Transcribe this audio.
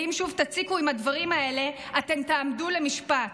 ואם שוב תציקו עם הדברים האלה, אתן תעמדו למשפט.